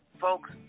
Folks